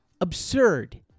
absurd